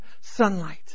sunlight